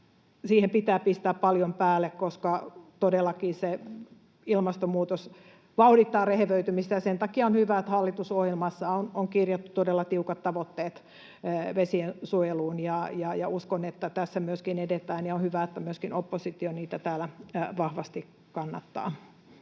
tilat, pitää pistää paljon päälle, koska todellakin ilmastonmuutos vauhdittaa rehevöitymistä. Sen takia on hyvä, että hallitusohjelmassa on kirjattu todella tiukat tavoitteet vesiensuojeluun. Uskon, että tässä myöskin edetään, ja on hyvä, että myöskin oppositio niitä täällä vahvasti kannattaa.